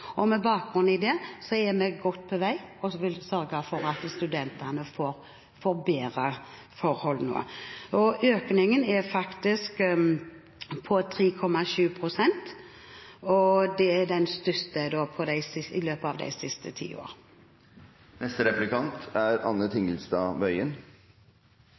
studentene. Med bakgrunn i det er vi godt på vei, og vi vil sørge for at studentene får bedre forhold nå. Økningen er på 3,7 pst., og det er den største økningen i løpet av de siste ti